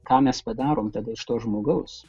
ką mes padarom tada iš to žmogaus